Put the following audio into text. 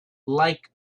like